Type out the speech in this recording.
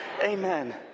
Amen